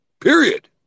Period